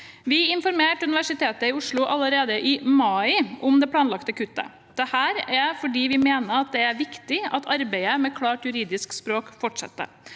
Vi informerte Universitetet i Oslo allerede i mai om det planlagte kuttet. Dette er fordi vi mener det er viktig at arbeidet med klart juridisk språk fortsetter.